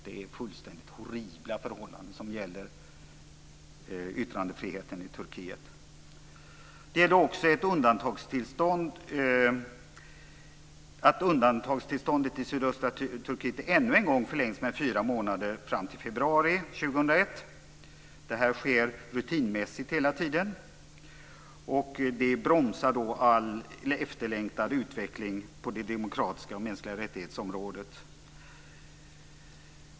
Det är fullständigt horribla förhållanden som gäller yttrandefriheten i Det gällde också att undantagstillståndet i sydöstra Turkiet ännu en gång har förlängts med fyra månader, fram till februari 2001. Detta sker rutinmässigt hela tiden. Det bromsar all efterlängtad utveckling på demokratiområdet och på området för mänskliga rättigheter.